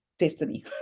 destiny